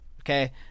Okay